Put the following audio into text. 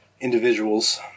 individuals